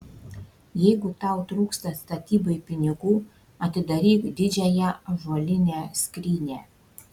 jeigu tau trūksta statybai pinigų atidaryk didžiąją ąžuolinę skrynią